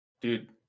Dude